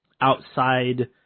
outside